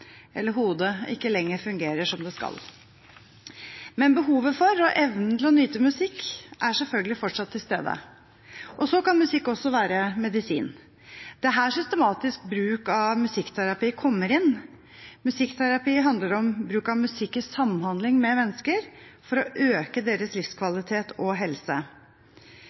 eller hodet – ikke lenger fungerer som det skal. Men behovet for og evnen til å nyte musikk er selvfølgelig fortsatt til stede. Så kan musikk også være medisin. Det er her systematisk bruk av musikkterapi kommer inn. Musikkterapi handler om bruk av musikk i samhandling med mennesker for å øke deres livskvalitet og helse.